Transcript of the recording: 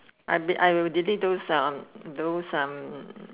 I be I will delete those uh those um